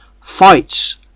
fights